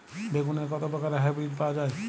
বেগুনের কত প্রকারের হাইব্রীড পাওয়া যায়?